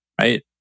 right